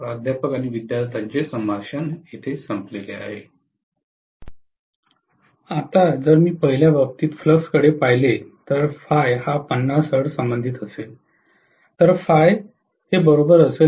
प्राध्यापक विद्यार्थ्यांचे संभाषण संपले आता जर मी पहिल्या बाबतीत फ्लक्सकडे पाहिले तर हा 50 Hz संबंधित असेल तर असेल